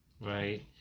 right